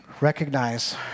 recognize